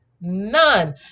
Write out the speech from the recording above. none